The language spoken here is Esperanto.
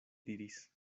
diris